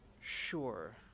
sure